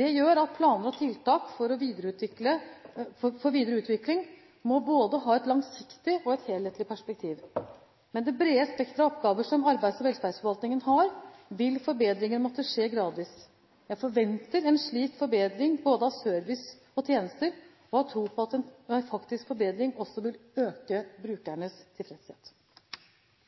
Det gjør at planer og tiltak for videre utvikling må både ha et langsiktig og et helhetlig perspektiv. Med det brede spekteret av oppgaver som arbeids- og velferdsforvaltningen har, vil forbedringer måtte skje gradvis. Jeg forventer en slik forbedring av både service og tjenester og har tro på at en faktisk forbedring også vil øke brukernes tilfredshet.